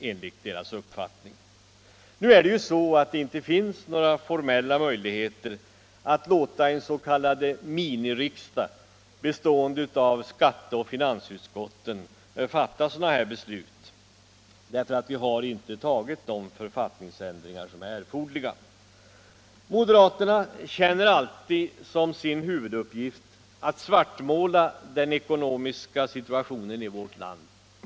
Emellertid finns det ju inte några formella möjligheter att låta en s.k. miniriksdag, bestående av skatteoch finansutskotten, fatta sådana beslut, eftersom vi inte har tagit de författningsändringar som är erforderliga. Moderaterna känner alltid som sin huvuduppgift att svartmåla den ekonomiska situationen i vårt land.